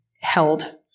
held